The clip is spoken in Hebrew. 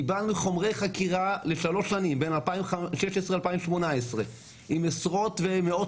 קיבלנו חומרי חקירה לשלוש שנים בין 2016-2018 עם עשרות ועם מאות